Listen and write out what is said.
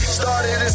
started